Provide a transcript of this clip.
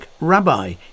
rabbi